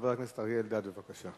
חבר הכנסת אריה אלדד, בבקשה.